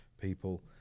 people